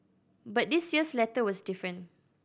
but this year's letter was different